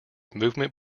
movement